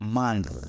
month